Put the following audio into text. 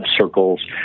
circles